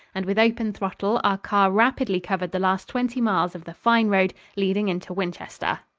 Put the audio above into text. and with open throttle our car rapidly covered the last twenty miles of the fine road leading into winchester.